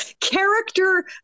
character